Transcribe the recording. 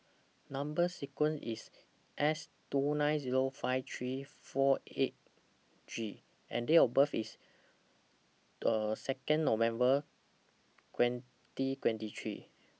Number sequence IS S two nine Zero five three four eight G and Date of birth IS Second November twenty twenty three